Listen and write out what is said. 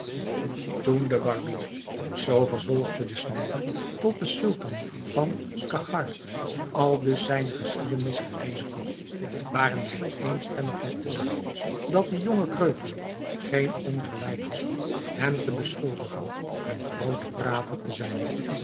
toen de barbier zoo vervolgde de snijder tot den sultan van cachgar aldus zijne geschiedenis geëindigd had waren wij éénstemmig van oordeel dat de jonge kreupele geen ongelijk had hem te beschuldigen een groote prater te zijn